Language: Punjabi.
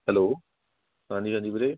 ਹੈਲੋ ਹਾਂਜੀ ਹਾਂਜੀ ਵੀਰੇ